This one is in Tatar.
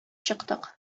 чыктык